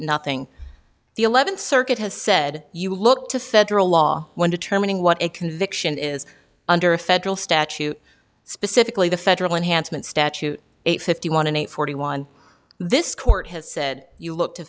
nothing the eleventh circuit has said you look to federal law when determining what a conviction is under a federal statute specifically the federal enhancement statute eight fifty one and eight forty one this court has said you look to